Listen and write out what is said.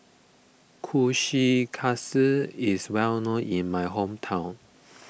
Kushikatsu is well known in my hometown